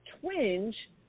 twinge